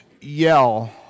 yell